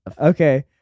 Okay